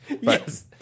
Yes